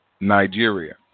Nigeria